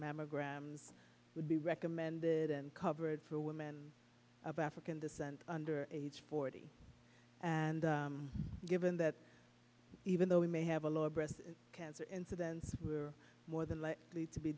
mammograms would be recommended and covered for women of african descent under age forty and given that even though we may have a lower breast cancer incidence were more than likely to be